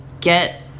get